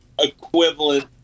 equivalent